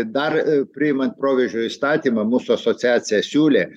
dar priimant proveržio įstatymą mūsų asociacija siūlė